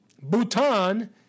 Bhutan